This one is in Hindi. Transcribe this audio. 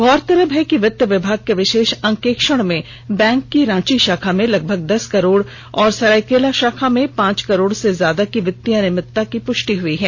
गौरतलब है कि वित्त विभाग के विषेष अंकेक्षण में बैंक की रांची शाखा में लगभग दस करोड़ और सरायकेला शाखा में पांच करोड़ से ज्यादा की वित्तीय अनियमितता की पृष्टि हई है